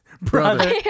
brother